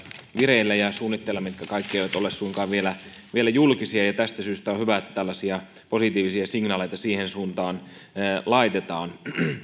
vireillä ja suunnitteilla useita liikennebiokaasuhankkeita mitkä kaikki eivät ole suinkaan vielä vielä julkisia tästä syystä on hyvä että tällaisia positiivisia signaaleita siihen suuntaan laitetaan